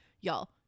y'all